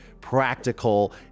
practical